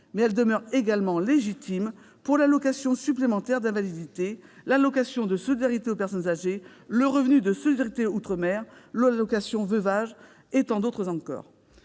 elle demeure également légitime pour l'allocation supplémentaire d'invalidité, l'allocation de solidarité aux personnes âgées, le revenu de solidarité outre-mer, l'allocation veuvage et tant d'autres encore.